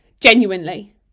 Genuinely